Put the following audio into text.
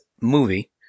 movie